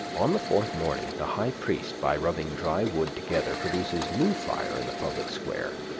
on the fourth morning, the high priest, by rubbing dry wood together, produces new fire in the public square,